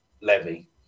Levy